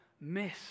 miss